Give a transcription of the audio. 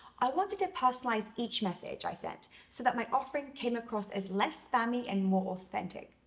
i wanted to personalize each message i sent so that my offering came across as less spammy and more authentic.